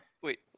wait